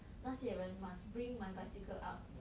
那些人 must bring my bicycle up